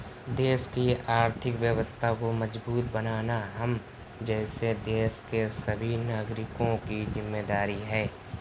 देश की अर्थव्यवस्था को मजबूत बनाना हम जैसे देश के सभी नागरिकों की जिम्मेदारी है